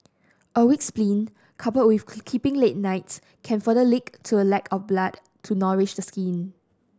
a weak spleen coupled with keeping late nights can further lead to a lack of blood to nourish the skin